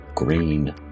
green